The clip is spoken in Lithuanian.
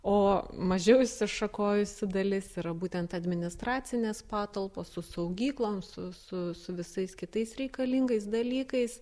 o mažiau išsišakojusi dalis yra būtent administracinės patalpos su saugyklom su su su visais kitais reikalingais dalykais